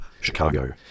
Chicago